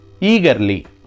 Eagerly